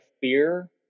fear